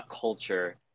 culture